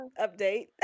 Update